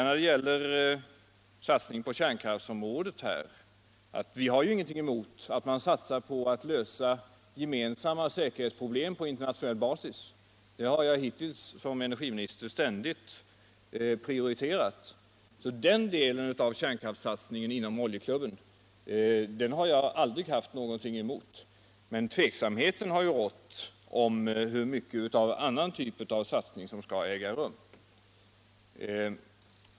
När det gäller satsning på kärnkraftsområdet har vi ingenting emot att man satsar på att lösa gemensamma säkerhetsproblem på internationell basis. Det har jag som energiminister hittills ständigt prioriterat. Den delen av kärnkraftssatsningen inom Oljeklubben har jag sålunda aldrig haft något emot. Tveksamheten har gällt hur mycket av annan typ av satsning som skall äga rum.